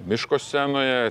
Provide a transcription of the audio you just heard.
miško scenoje